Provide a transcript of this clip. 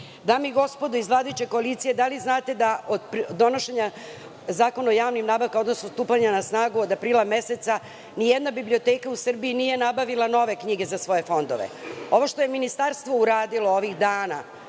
i gospodo iz vladajuće koalicije, da li znate da od donošenja Zakona o javnim nabavkama, odnosno stupanja na snagu, od aprila meseca, ni jedna biblioteka u Srbiji nije nabavila nove knjige za svoje fondove? Ovo što je ministarstvo uradilo ovih dana